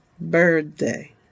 birthday